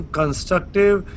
constructive